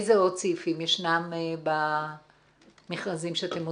איזה עוד סעיפים ישנם במכרזים שאתם מוציאים?